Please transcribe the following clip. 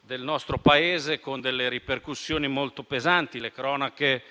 del nostro Paese con delle ripercussioni molto pesanti. Le cronache